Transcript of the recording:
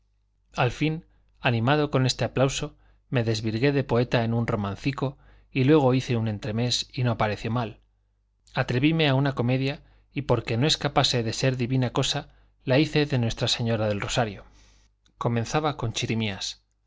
al fin animado con este aplauso me desvirgué de poeta en un romancico y luego hice un entremés y no pareció mal atrevíme a una comedia y porque no escapase de ser divina cosa la hice de nuestra señora del rosario comenzaba con chirimías